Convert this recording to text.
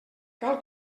cal